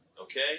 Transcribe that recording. Okay